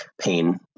pain